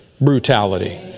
brutality